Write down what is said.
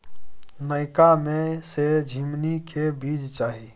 नयका में से झीमनी के बीज चाही?